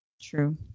True